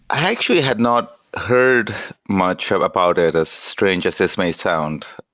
i actually had not heard much about it as strange as this may sound.